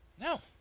no